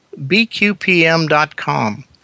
bqpm.com